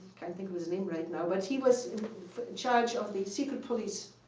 can't think of his name right now but he was in charge of the secret police.